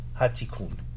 HaTikun